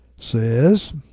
says